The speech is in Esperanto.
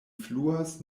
fluas